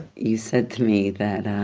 you said to me that,